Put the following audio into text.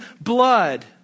blood